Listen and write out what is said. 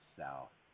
south